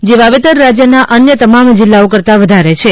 જે વાવેતર રાજ્યના અન્ય તમામ જિલ્લાઓ કરતા વધારે છે